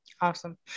Awesome